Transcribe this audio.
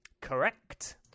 correct